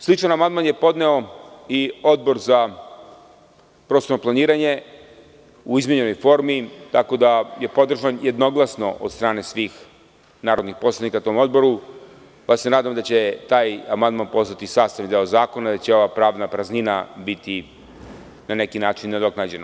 Sličan amandman je podneo i Odbor za prostorno planiranje u izmenjenoj formi, tako da je jednoglasno podržan od strane svih narodnih poslanika na tom odboru, pa se nadam da će taj amandman postati sastavni deo zakona i da će ova pravna praznina biti na neki način nadoknađena.